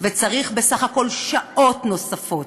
וצריך בסך הכול שעות נוספות.